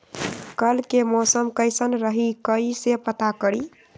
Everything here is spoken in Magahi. कल के मौसम कैसन रही कई से पता करी?